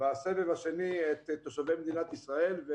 בסבב השני את תושבי מדינת ישראל.